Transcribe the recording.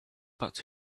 but